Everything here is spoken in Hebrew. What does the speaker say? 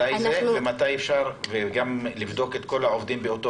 ומתי אפשר גם לבדוק את כל העובדים באותו